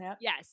Yes